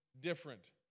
different